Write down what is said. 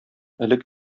элек